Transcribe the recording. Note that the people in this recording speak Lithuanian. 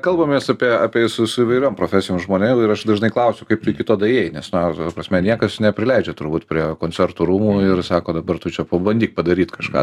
kalbamės apie apie su su įvairiom profesijų žmonėm ir aš dažnai klausiu kaip tu iki to daėjai nes na ta prasme niekas neprileidžia turbūt prie koncertų rūmų ir sako dabar tu čia pabandyk padaryt kažką